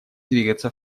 двигаться